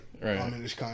Right